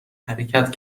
حرکت